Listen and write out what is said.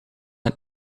het